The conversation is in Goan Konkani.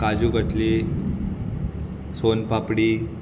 काजू कतली सोन पापडी